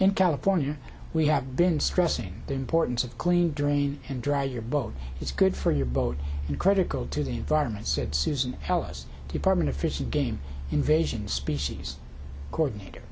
in california we have been stressing the importance of clean drain and dry your boat it's good for your boat and critical to the environment said susan tell us department of fish and game invasion species coordinator